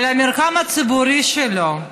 על המרחב הציבורי שלו,